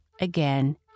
again